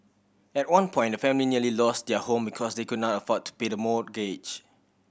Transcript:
at one point the family nearly lost their home because they could not afford to pay the mortgage